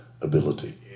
ability